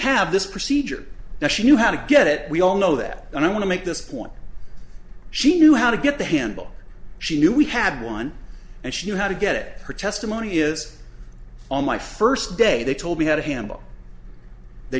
have this procedure now she knew how to get it we all know that and i want to make this point she knew how to get the handle she knew we had one and she knew how to get her testimony is on my first day they told me how to handle they